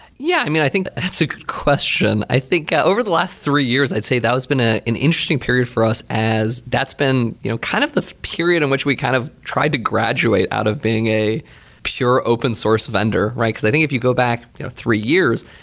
yeah, i mean i think that's a good question. i think over the last three years, i'd say that has been ah an interesting period for us as that's been you know kind of the period in which we kind of tried to graduate out of being a pure open source vendor. because i think if you go back you know three years,